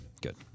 good